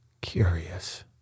Curious